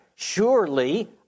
Surely